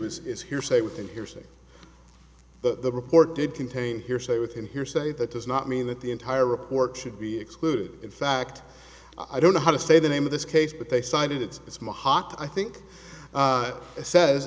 is hearsay with and hearsay but the report did contain hearsay within hearsay that does not mean that the entire report should be excluded in fact i don't know how to say the name of this case but they cited it as mahat i think it says